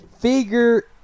figure